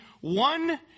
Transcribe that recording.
one